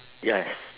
yes